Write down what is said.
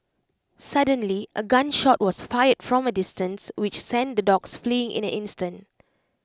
suddenly A gun shot was fired from A distance which sent the dogs fleeing in an instant